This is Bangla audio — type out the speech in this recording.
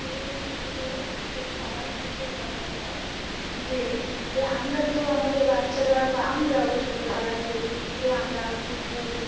সুইমিং পুলের এর খেলার মধ্যে বা বোঝাই যে এ আমরা তো আমাদের বাচ্চারা বা আমরাও ছোটোবেলাতে এ আমরা পুকুর